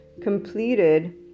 completed